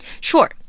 Sure